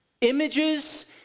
images